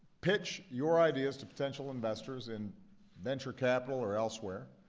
pitch your ideas to potential investors in venture capital or elsewhere.